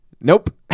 Nope